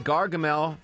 Gargamel